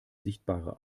sichtbare